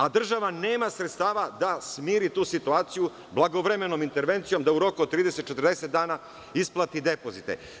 A država nema sredstava da smiri tu situaciju blagovremenom intervencijom, da u roku od 30, 40 dana isplati depozite.